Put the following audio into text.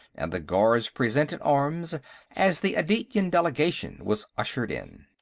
and the guards presented arms as the adityan delegation was ushered in.